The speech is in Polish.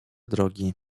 drogi